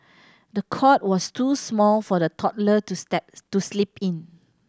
the cot was too small for the toddler to step to sleep in